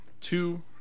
Two